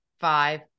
five